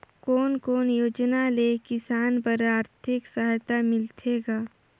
कोन कोन योजना ले किसान बर आरथिक सहायता मिलथे ग?